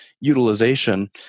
utilization